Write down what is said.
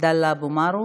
עבדאללה אבו מערוף,